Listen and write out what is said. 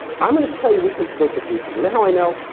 i'm going to tell you we can predict the future. you know how i know?